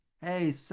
Hey